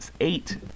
eight